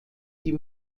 die